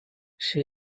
she